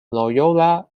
loyola